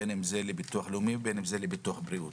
בין לביטוח לאומי ובין לביטוח בריאות.